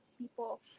people